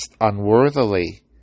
unworthily